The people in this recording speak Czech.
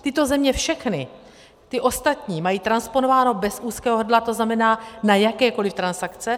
Tyto země všechny, ty ostatní, mají transponováno bez úzkého hrdla, to znamená na jakékoliv transakce.